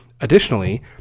Additionally